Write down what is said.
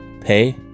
pay